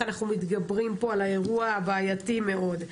אנחנו מתגברים פה על האירוע הבעייתי מאוד.